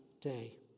day